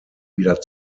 wieder